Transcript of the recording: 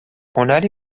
هنری